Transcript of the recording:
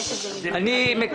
יש פה שתי פניות של משרד החינוך.